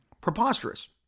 preposterous